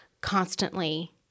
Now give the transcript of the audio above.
constantly